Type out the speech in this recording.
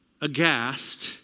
aghast